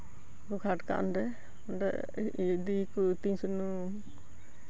ᱚᱱᱮ ᱠᱚ ᱜᱷᱟᱴ ᱠᱟᱜᱼᱟ ᱚᱸᱰᱮ ᱤᱭᱟᱹ ᱤᱫᱤᱭᱟᱠᱚ ᱩᱛᱤᱧ ᱥᱩᱱᱩᱢ